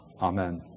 Amen